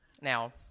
Now